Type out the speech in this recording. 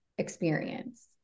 Experience